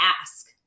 ask